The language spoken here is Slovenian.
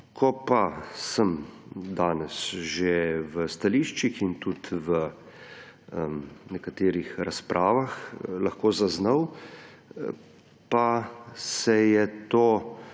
Ko pa sem danes že v stališčih in tudi v nekaterih razpravah lahko zaznal, pa se je ta